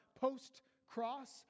post-cross